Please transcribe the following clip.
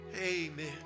amen